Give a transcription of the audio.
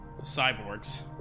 Cyborgs